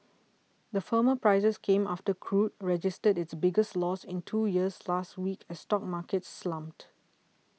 the firmer prices came after crude registered its biggest loss in two years last week as stock markets slumped